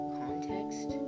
context